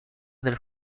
del